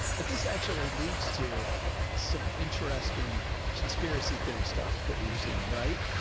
but this actually leads to some interesting conspiracy theory stuff that we've seen. right.